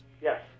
Yes